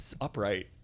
upright